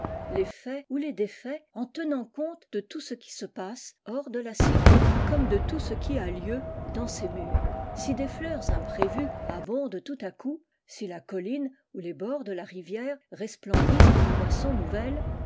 ou les défait en tenant compte de tout qui se passe hors de la cité comme de tout ce qui a lieu dans ses murs si des fleurs imprévues abondent tout à coup si la colline ou les bords de la rivière resplendissent d'une moisson nouvelle